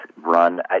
run